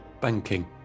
Banking